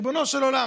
ריבונו של עולם,